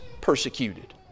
persecuted